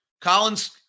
Collins